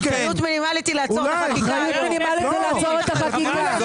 אחריות מינימלית היא לעצור את החקיקה.